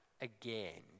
again